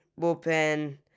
bullpen